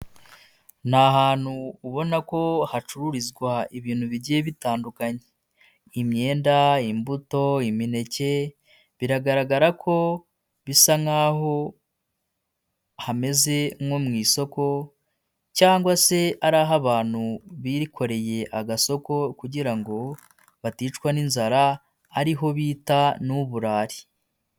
Ni hantu ubona ko hacururizwa ibintu bigiye bitandukanye, imyenda, imbuto, imineke, biragaragara ko bisa nkaho hameze nko mu isoko cyangwa se ari aho abantu bikoreye agasoko kugira ngo baticwa n'inzara ariho bita ntuburare.